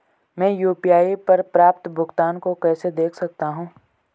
मैं यू.पी.आई पर प्राप्त भुगतान को कैसे देख सकता हूं?